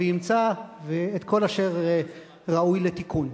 וימצא את כל אשר ראוי לתיקון.